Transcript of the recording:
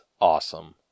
awesome